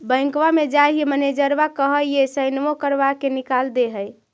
बैंकवा मे जाहिऐ मैनेजरवा कहहिऐ सैनवो करवा के निकाल देहै?